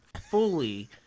fully